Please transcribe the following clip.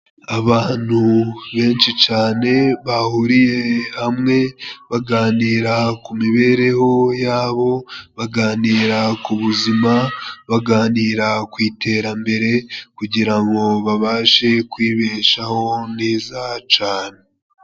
Abantu benshi cane bahuriye hamwe baganira ku mibereho yabo ,baganira ku buzima, baganira ku iterambere kugira ngo babashe kwibeshaho neza cane.